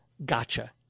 gotcha